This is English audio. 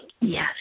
yes